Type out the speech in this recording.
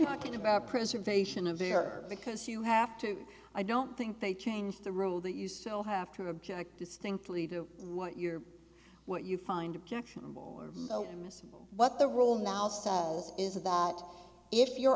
talking about preservation of beer because you have to i don't think they change the rule that you still have to object distinctly to what you're what you find objectionable or missing what the rule now say is that if your